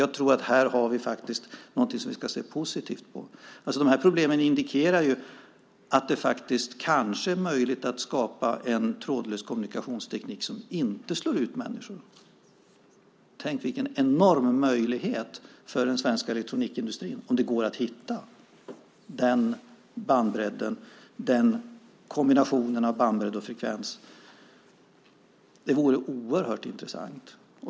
Jag tror att vi här faktiskt har någonting som vi ska se positivt på. De här problemen indikerar att det kanske är möjligt att skapa en trådlös kommunikationsteknik som inte slår ut människor. Tänk vilken enorm möjlighet för den svenska elektronikindustrin om det går att hitta den bandbredden, den kombinationen av bandbredd och frekvens! Det vore oerhört intressant.